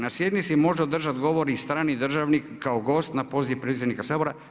Na sjednici može održati govor i strani državnik kao gost na poziv predsjednika Sabora.